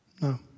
No